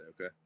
okay